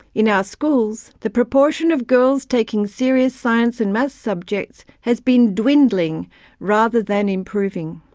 in our schools, the proportion of girls taking serious science and maths subjects has been dwindling rather than improving.